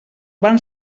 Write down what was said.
van